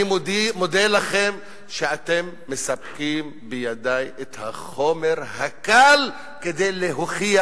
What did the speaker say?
אני מודה לכם על כך שאתם מספקים בידי את החומר הקל כדי להוכיח